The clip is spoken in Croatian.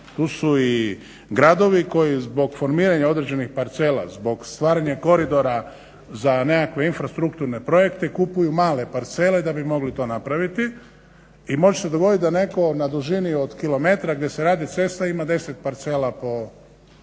Tu su i gradovi koji zbog formiranja određenih parcela, zbog stvaranja koridora za nekakve infrastrukturne projekte kupuju male parcele da bi mogli to napraviti. I može se dogodit da netko na dužini od kilometra gdje se radi cesta ima 10 parcela po 50 ili